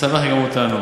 משמח גם אותנו.